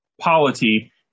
polity